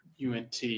UNT